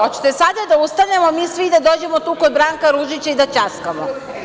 Hoćete sada da ustanemo mi svi i da dođemo kod Branka Ružića i da ćaskamo.